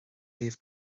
libh